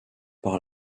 par